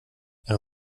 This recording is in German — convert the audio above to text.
ihre